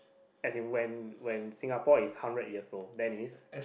as in when when Singapore is hundred years old then it's